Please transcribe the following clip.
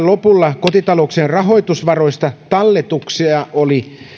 lopulla kotitalouksien rahoitusvaroista talletuksia oli